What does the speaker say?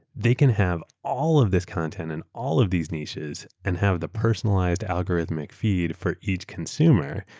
they can have all of these content and all of these niches and have the personalized algorithmic feed for each consumer.